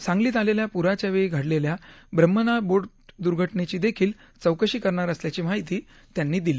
सांगलीत आलेल्या पुराच्या वेळी घडलेल्या ब्रह्मनाळ बोट दूर्घटनेचीदेखील चौकशी करणार असल्याची माहिती त्यांनी दिली